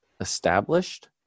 established